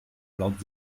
laut